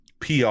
PR